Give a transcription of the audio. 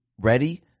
ready